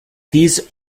these